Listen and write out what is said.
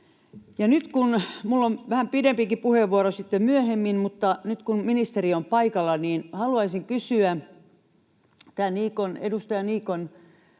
Minulla on vähän pidempikin puheenvuoro sitten myöhemmin, mutta nyt kun ministeri on paikalla, haluaisin kysyä — tämä edustaja Niikon